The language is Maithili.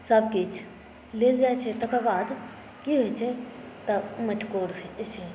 सभकिछु लेल जाइत छै तकर बाद की होइत छै तऽ मटिकोर होइत छै